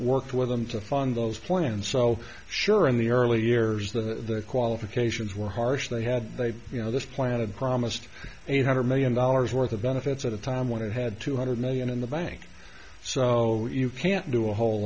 worked with them to fund those plans so sure in the early years the qualifications were harsh they had they you know this planet promised eight hundred million dollars worth of benefits at a time when it had two hundred million in the bank so you can't do a whole